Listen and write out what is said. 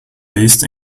based